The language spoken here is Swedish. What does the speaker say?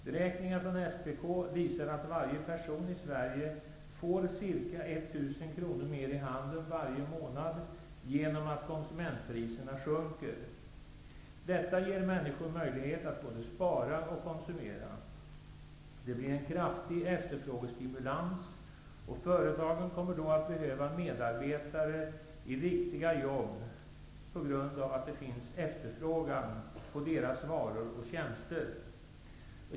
Beräkningar från SPK visar att varje person i Sverige får ca 1 000 kronor mer i handen varje månad genom att konsumentpriserna sjunker. Detta ger människor möjlighet att både spara och konsumera. Det blir en kraftig efterfrågestimulans, och företagen kommer då att behöva medarbetare i riktiga jobb, eftersom det finns efterfrågan på deras varor och tjänster.